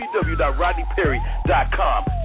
www.rodneyperry.com